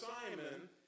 Simon